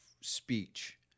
speech